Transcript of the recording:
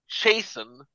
Chasen